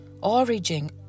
origin